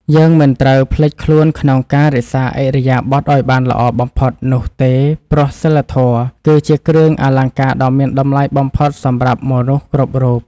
យើងមិនត្រូវភ្លេចខ្លួនក្នុងការរក្សាឥរិយាបថឱ្យបានល្អបំផុតនោះទេព្រោះសីលធម៌គឺជាគ្រឿងអលង្ការដ៏មានតម្លៃបំផុតសម្រាប់មនុស្សគ្រប់រូប។